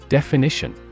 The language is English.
Definition